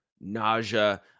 nausea